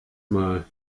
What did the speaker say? mal